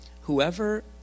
whoever